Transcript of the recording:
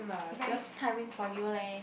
very tiring for you leh